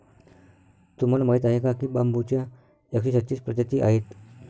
तुम्हाला माहीत आहे का बांबूच्या एकशे छत्तीस प्रजाती आहेत